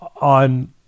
on